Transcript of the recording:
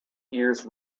ears